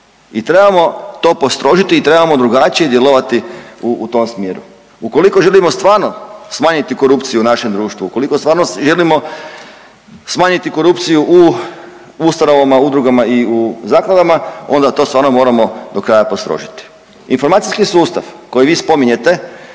i trebamo to postrožiti i trebamo drugačije djelovati u, u tom smjeru. Ukoliko želimo stvarno smanjiti korupciju u našem društvu, ukoliko stvarno želimo smanjiti korupciju u ustanovama, udrugama i u zakladama onda to stvarno moramo do kraja postrožiti. Informacijski sustav koji vi spominjete,